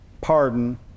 pardon